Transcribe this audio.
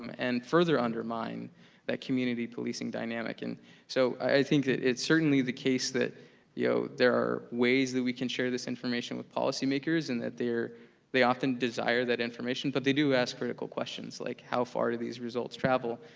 um and further undermine that community policing dynamic, and so i think that it's certainly the case that you know there are ways that we can share this information with policy makers, and that they often desire that information, but they do ask critical questions like how far do these results travel,